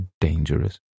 dangerous